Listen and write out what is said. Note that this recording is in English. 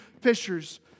fishers